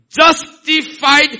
justified